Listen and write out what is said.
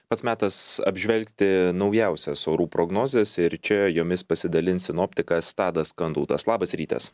pats metas apžvelgti naujausias orų prognozes ir čia jomis pasidalins sinoptikas tadas kantautas labas rytas